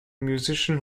musician